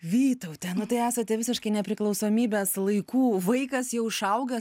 vytaute nu tai esate visiškai nepriklausomybės laikų vaikas jau išaugęs